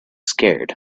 scared